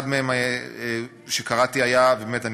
אחד מהם שקראתי היה, באמת, אני